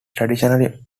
traditionally